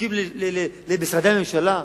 זקוקות למשרדי הממשלה,